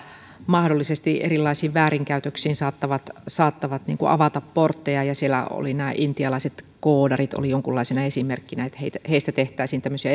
mahdollisesti erilaisiin väärinkäytöksiin saattavat saattavat avata portteja siellä olivat nämä intialaiset koodarit jonkunlaisena esimerkkinä että heistä tehtäisiin tämmöisiä